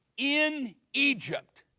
in egypt.